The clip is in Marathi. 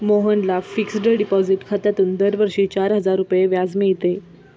मोहनला फिक्सड डिपॉझिट खात्यातून दरवर्षी चार हजार रुपये व्याज मिळते